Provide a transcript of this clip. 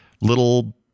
little